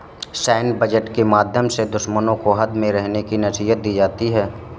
सैन्य बजट के माध्यम से दुश्मनों को हद में रहने की नसीहत दी जाती है